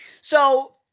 So-